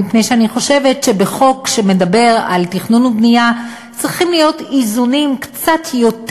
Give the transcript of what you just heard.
מפני שאני חושבת שבחוק שמדבר על תכנון ובנייה צריכים להיות קצת יותר